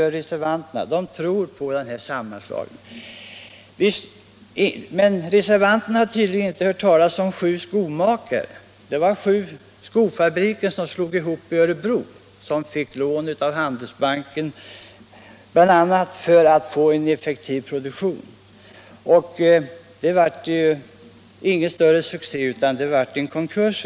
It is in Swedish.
Reservanterna däremot tror på sammanslagningar. Reservanterna har tydligen inte hört talas om Sju Skomakare. Det var sju skofabriker i Örebro som slogs ihop. Man fick bl.a. banklån för att kunna åstadkomma en effektiv produktion. Det hela blev ingen större succe, utan det slutade i konkurs.